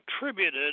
attributed